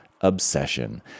Obsession